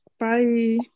Bye